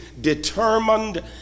determined